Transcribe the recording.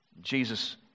Jesus